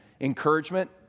encouragement